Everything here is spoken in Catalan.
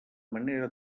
manera